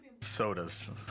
sodas